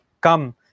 Come